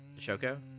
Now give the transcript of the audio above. Shoko